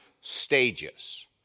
stages